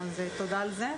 אז תודה על זה.